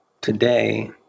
today